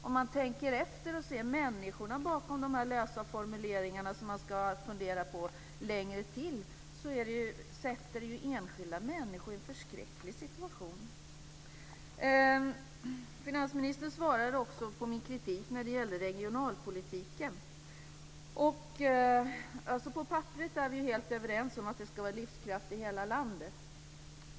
Om man tänker efter och ser människorna bakom formuleringarna sätter detta enskilda människor i en förskräcklig situation. Finansministern svarade också på min kritik när det gällde regionalpolitiken. På papperet är vi helt överens om att det ska vara livskraft i hela landet.